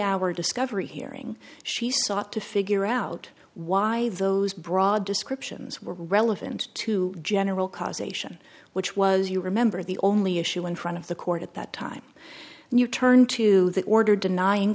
hour discovery hearing she sought to figure out why those broad descriptions were relevant to general causation which was you remember the only issue in front of the court at that time and you turn to the order denying